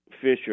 Fisher